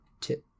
tip